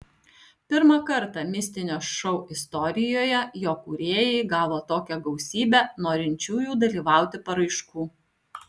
pirmą kartą mistinio šou istorijoje jo kūrėjai gavo tokią gausybę norinčiųjų dalyvauti paraiškų